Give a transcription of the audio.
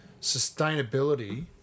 sustainability